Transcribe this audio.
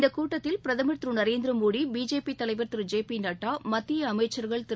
இந்தக் கூட்டத்தில் பிரதமர் திரு நரேந்திரமோடி பிஜேபிதேசியத் தலைவர் திரு ஜே பிநட்டா மத்தியஅமைச்சர்கள் திரு